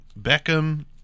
Beckham